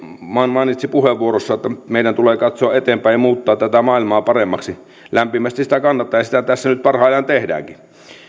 mainitsi puheenvuorossaan että meidän tulee katsoa eteenpäin ja muuttaa tätä maailmaa paremmaksi lämpimästi sitä kannatan ja sitä tässä nyt parhaillaan tehdäänkin